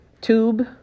tube